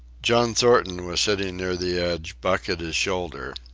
john thornton was sitting near the edge, buck at his shoulder.